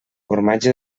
formatge